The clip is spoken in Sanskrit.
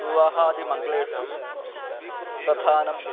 विवाहादिमङ्गलेषु प्रधानं